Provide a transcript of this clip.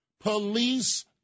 Police